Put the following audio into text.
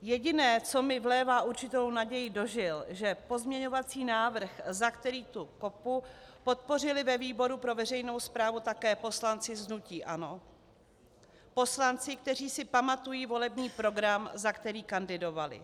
Jediné, co mi vlévá určitou naději do žil, že pozměňovací návrh, za který tu kopu, podpořili ve výboru pro veřejnou správu také poslanci z hnutí ANO, poslanci, kteří si pamatují volební program, za který kandidovali.